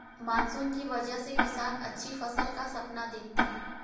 monsoon की वजह से किसान अच्छी फसल का सपना देखते हैं